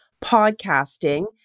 podcasting